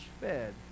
fed